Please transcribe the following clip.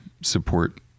support